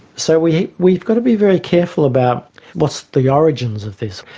so we've we've got to be very careful about what's the origins of this.